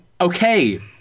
okay